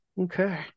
Okay